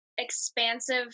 expansive